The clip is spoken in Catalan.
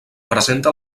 presenta